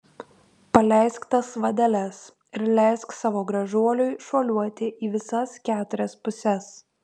paleisk tas vadeles ir leisk savo gražuoliui šuoliuoti į visas keturias puses